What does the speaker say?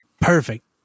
Perfect